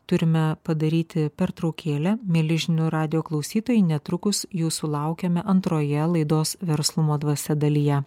turime padaryti pertraukėlę mieli žinių radijo klausytojai netrukus jūsų laukiame antroje laidos verslumo dvasia dalyje